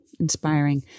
inspiring